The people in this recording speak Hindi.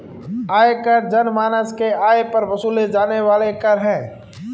आयकर जनमानस के आय पर वसूले जाने वाला कर है